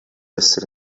essere